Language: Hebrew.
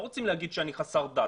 הם לא רוצים להגיד שהם חסרי דת,